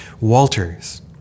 Walters